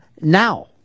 now